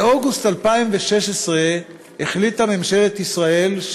באוגוסט 2016 החליטה ממשלת ישראל,